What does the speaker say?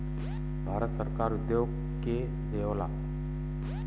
भारत सरकार उद्योग के देवऽला